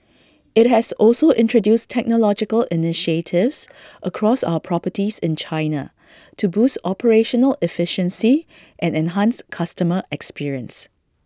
IT has also introduced technological initiatives across our properties in China to boost operational efficiency and enhance customer experience